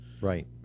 Right